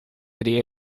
city